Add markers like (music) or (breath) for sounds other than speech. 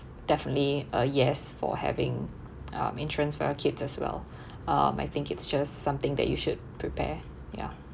definitely a yes for having uh insurance for your kids as well (breath) um I think it's just something that you should prepare ya